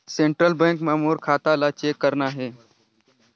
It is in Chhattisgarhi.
सेंट्रल बैंक मां मोर खाता ला चेक करना हे?